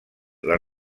les